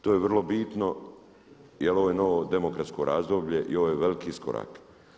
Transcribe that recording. To je vrlo bitno jel ovo novo demokratsko razdoblje i ovo je veliki iskorak.